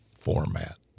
format